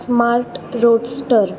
smart roadster